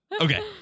Okay